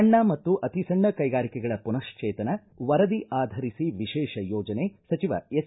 ಸಣ್ಣ ಮತ್ತು ಅತಿಸಣ್ಣ ಕೈಗಾರಿಕೆಗಳ ಮನಃಶ್ವೇತನ ವರದಿ ಆಧರಿಸಿ ವಿಶೇಷ ಯೋಜನೆ ಸಚಿವ ಎಸ್